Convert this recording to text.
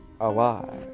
alive